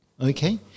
Okay